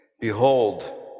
Behold